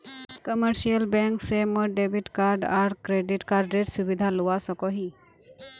commercial bank से मोर debit card आर क्रेडिट कार्डेर सुविधा लुआ सकोही